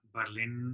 Berlin